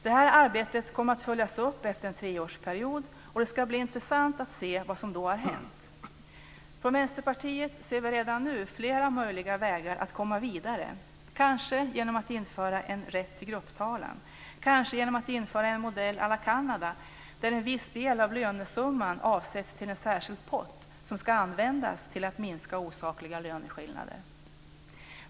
Det här arbetet kommer att följas upp efter en treårsperiod, och det ska bli intressant att se vad som då har hänt. I Vänsterpartiet ser vi redan nu flera möjliga vägar att komma vidare, kanske genom att införa en rätt till grupptalan, kanske genom att införa en modell à la Kanada där en viss del av lönesumman avsätts till en särskild pott som ska användas till att minska osakliga löneskillnader.